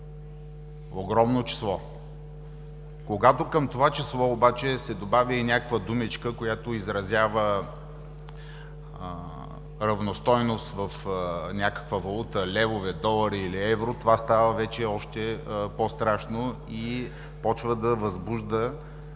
Огромно число! Когато към това число обаче се добави и някаква думичка, която изразява равностойност в някаква валута, левове, долари или евро, това става вече още по-страшно и започва да възбужда